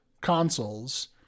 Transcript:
consoles